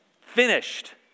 finished